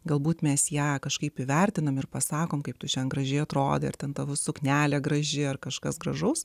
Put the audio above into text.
galbūt mes ją kažkaip įvertiname ir pasakom kaip tu ženk gražiai atrodo ir ten tavo suknelė graži ar kažkas gražaus